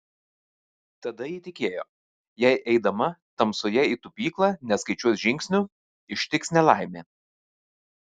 tada ji tikėjo jei eidama tamsoje į tupyklą neskaičiuos žingsnių ištiks nelaimė